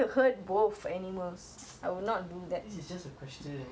this is just a question oh my god you're analysing the question from just now